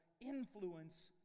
influence